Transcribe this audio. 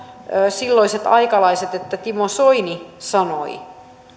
silloiset aikalaiset että timo soini sanoi